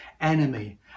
enemy